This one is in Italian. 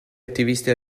attivisti